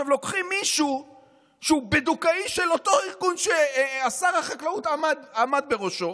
לוקחים מישהו שהוא בדוקאי של אותו ארגון ששר החקלאות עמד בראשו